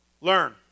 Learn